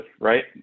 right